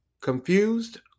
confused